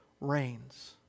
reigns